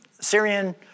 Syrian